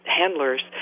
Handlers